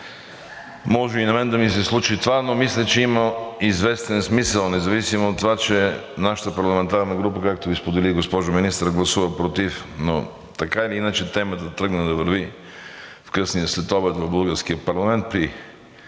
Може и на мен да ми се случи това, но мисля, че има известен смисъл, независимо от това, че нашата парламентарна група, както Ви сподели, госпожо Министър, гласува против, но така или иначе темата тръгна да върви в късния следобед в българския парламент,